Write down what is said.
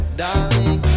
darling